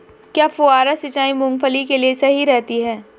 क्या फुहारा सिंचाई मूंगफली के लिए सही रहती है?